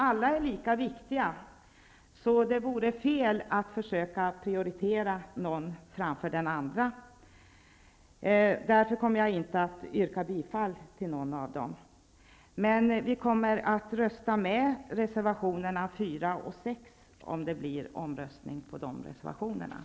Alla är lika viktiga, så det vore fel att försöka prioritera någon framför de andra. Därför kommer jag inte att yrka bifall till någon av dem. Vi kommer att rösta för reservationerna 4 och 6, om det blir omröstning om dem.